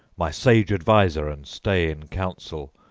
my sage adviser and stay in council,